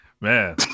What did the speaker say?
man